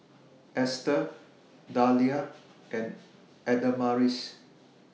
Esther Dahlia and Adamaris